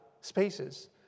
spaces